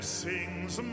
sings